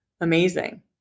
amazing